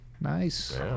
Nice